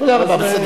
תודה רבה.